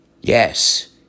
yes